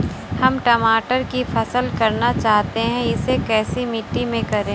हम टमाटर की फसल करना चाहते हैं इसे कैसी मिट्टी में करें?